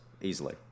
easily